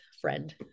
friend